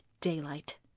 daylight